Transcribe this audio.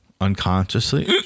unconsciously